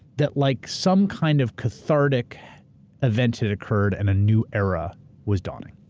that like some kind of cathartic event had occurred and a new era was dawning?